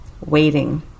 waiting